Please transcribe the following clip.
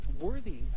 worthy